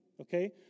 Okay